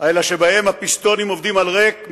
אלא שבהן הפיסטונים עובדים על ריק,